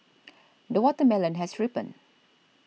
the watermelon has ripened